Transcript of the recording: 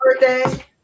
birthday